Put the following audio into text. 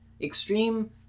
extreme